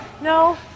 No